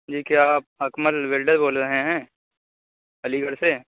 جی کیا آپ اکمل ویلڈر بول رہے ہیں علی گڑھ سے